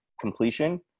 completion